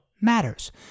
matters